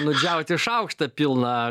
nudžiauti šaukštą pilną